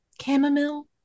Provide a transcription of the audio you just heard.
chamomile